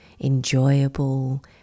enjoyable